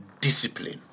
discipline